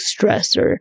stressor